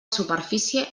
superfície